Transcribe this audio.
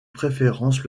préférence